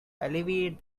alleviate